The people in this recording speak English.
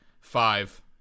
five